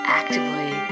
actively